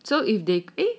so if they